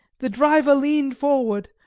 the driver leaned forward,